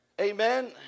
Amen